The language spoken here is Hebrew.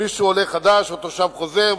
מי שהוא עולה חדש או תושב חוזר,